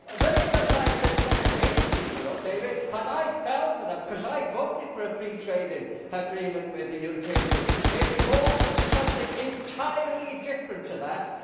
they are the lies that took us into europe, david, and i fell for them because i voted for a free trading agreement with the european union. it's morphed into something entirely different to that.